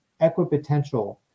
equipotential